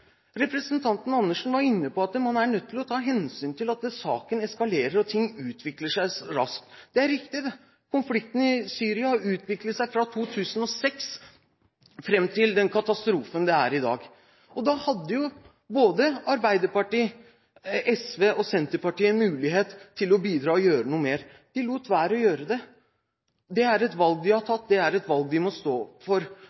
Representanten Andersen var inne på at man er nødt til å ta hensyn til at saken eskalerer og ting utvikler seg raskt. Det er riktig: Konflikten i Syria har utviklet seg fra 2006 og fram til den katastrofen det er i dag, og da hadde jo både Arbeiderpartiet, SV og Senterpartiet en mulighet til å bidra og gjøre noe mer. De lot være å gjøre det. Det er et valg de har tatt, det er et valg de må stå for.